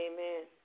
Amen